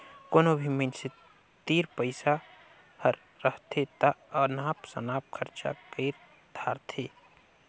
कोनो भी मइनसे तीर पइसा हर रहथे ता अनाप सनाप खरचा कइर धारथें